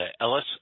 Ellis